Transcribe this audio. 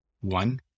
One